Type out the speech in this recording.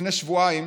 לפני שבועיים